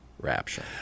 Rapture